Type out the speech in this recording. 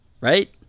Right